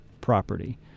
property